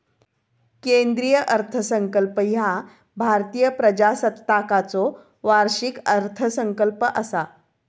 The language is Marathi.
केंद्रीय अर्थसंकल्प ह्या भारतीय प्रजासत्ताकाचो वार्षिक अर्थसंकल्प असा